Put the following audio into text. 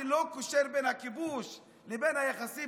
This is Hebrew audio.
אני לא קושר בין הכיבוש לבין היחסים